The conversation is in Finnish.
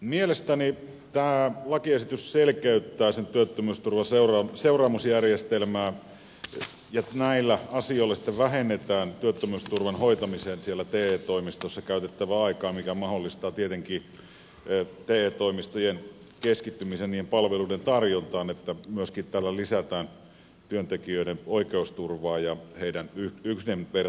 mielestäni tämä lakiesitys selkeyttää työttömyysturvan seuraamusjärjestelmää ja näillä asioilla sitten vähennetään työttömyysturvan hoitamiseen te toimistoissa käytettävää aikaa mikä mahdollistaa tietenkin te toimistojen keskittymisen niiden palvelujen tarjontaan ja myöskin tällä lisätään työntekijöiden oikeusturvaa ja heidän yhdenvertaista kohteluaan